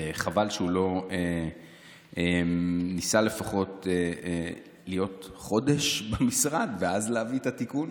וחבל שהוא לא ניסה לפחות להיות חודש במשרד ואז להביא את התיקון.